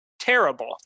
Terrible